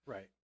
Right